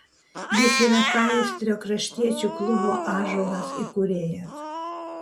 jis yra paįstrio kraštiečių klubo ąžuolas įkūrėjas